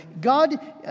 God